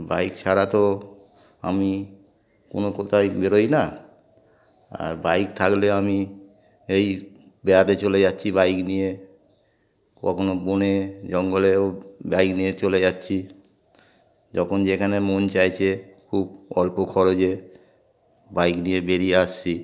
bike ছাড়া তো আমি কোনো কোথায় বেরোই না আর বাইক থাকলে আমি এই বেড়াতে চলে যাচ্ছি বাইক নিয়ে কখনও বনে জঙ্গলেও বাইক নিয়ে চলে যাচ্ছি যখন যেখানে মন চাইছে খুব অল্প খরচে বাইক নিয়ে বেরিয়ে আসছি